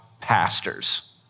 pastors